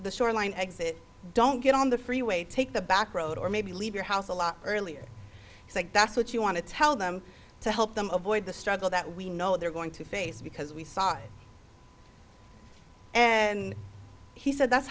the shoreline exit don't get on the freeway take the back road or maybe leave your house a lot earlier that's what you want to tell them to help them avoid the struggle that we know they're going to face because we saw it and he said that's